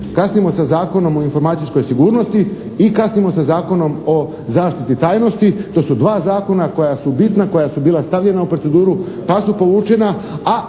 Kasnimo sa Zakonom o informatičkoj sigurnosti i kasnimo sa Zakonom o zaštiti tajnosti, to su dva zakona koja su bitna, koja su bila stavljena u proceduru pa su povučena,